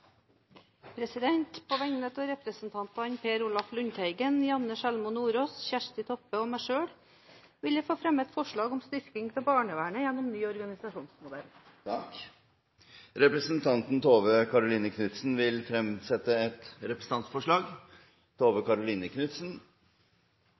representantforslag. På vegne av representantene Per Olaf Lundteigen, Janne Sjelmo Nordås, Kjersti Toppe og meg selv vil jeg fremme et forslag om styrking av barnevernet gjennom ny organisasjonsmodell. Representanten Tove Karoline Knutsen vil fremsette et representantforslag.